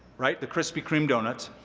right? the krispy kreme doughnuts